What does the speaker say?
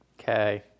Okay